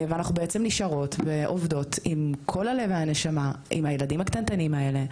ואנחנו בעצם נשארות ועובדות עם כל הלב והנשמה עם הילדים הקטנטנים האלה,